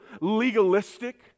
legalistic